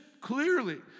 clearly